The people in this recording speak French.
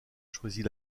choisit